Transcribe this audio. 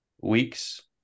weeks